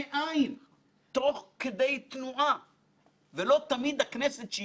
יודעת להתמודד עם דברים כאלה שמצריכים לא מעט גמישות.